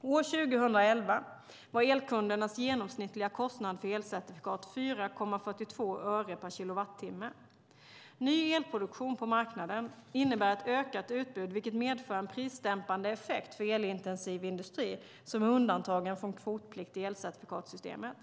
År 2011 var elkundernas genomsnittliga kostnad för elcertifikat 4,42 öre per kilowattimme. Ny elproduktion på marknaden innebär ett ökat utbud, vilket medför en prisdämpande effekt för elintensiv industri som är undantagen från kvotplikt i elcertifikatssystemet.